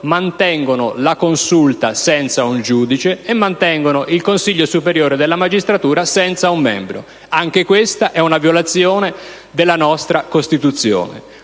mantengono la Consulta senza un giudice e il Consiglio superiore della magistratura senza un membro. Anche questa è una violazione della nostra Costituzione.